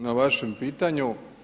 na vašem pitanju.